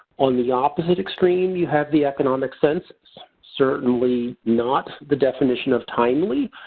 on the opposite extreme you have the economic sense, certainly not the definition of timely.